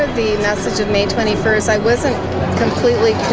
the message of may twenty first, i wasn't completely